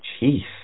Jeez